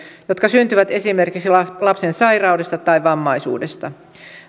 jotka syntyvät esimerkiksi lapsen sairaudesta tai vammaisuudesta